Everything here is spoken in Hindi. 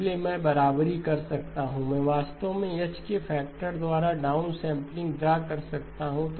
इसलिए मैं बराबरी कर सकता हूं मैं वास्तव में H के फैक्टर द्वारा डाउनसैंपलिंग ड्रा कर सकता हूं